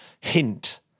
hint